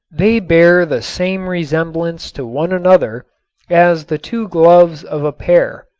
they bear the same resemblance to one another as the two gloves of a pair.